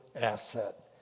asset